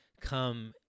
come